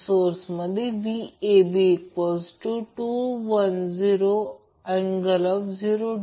तर I p √ 2 I p cos t 120o कारण shifting 120° आहे